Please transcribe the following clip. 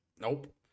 Nope